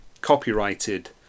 copyrighted